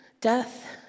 death